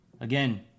Again